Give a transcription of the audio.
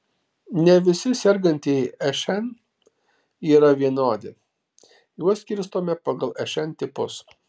ne visi sergantieji šn yra vienodi juos skirstome pagal šn tipus